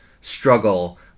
struggle